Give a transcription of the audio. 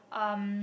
um